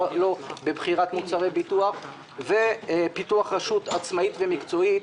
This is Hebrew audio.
לו בבחירת מוצרי ביטוח; ופיתוח רשות עצמאית ומקצועית,